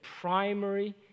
primary